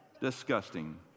Disgusting